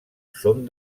són